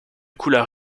couleur